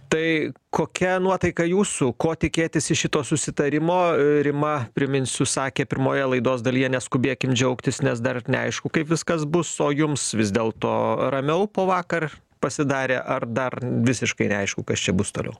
tai kokia nuotaika jūsų ko tikėtis iš šito susitarimo rima priminsiu sakė pirmoje laidos dalyje neskubėkim džiaugtis nes dar neaišku kaip viskas bus o jums vis dėl to ramiau po vakar pasidarė ar dar visiškai neaišku kas čia bus toliau